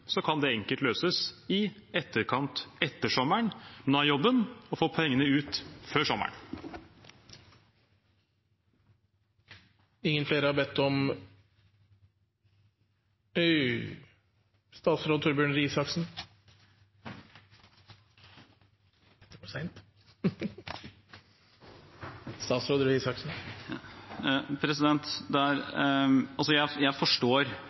kan det enkelt løses i etterkant etter sommeren. Nå er jobben å få pengene ut før sommeren.